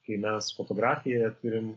kai mes fotografijoje turim